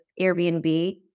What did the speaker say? Airbnb